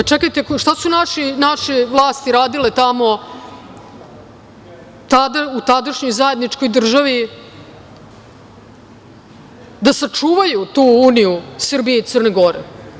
Čekajte, šta su naše vlasti radile tamo u tadašnjoj zajedničkoj državi, da sačuvaju tu uniju Srbije i Crne Gore?